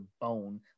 bone